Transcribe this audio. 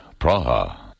Praha